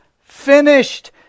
finished